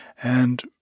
and